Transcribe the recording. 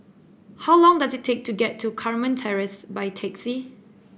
how long does it take to get to Carmen Terrace by taxi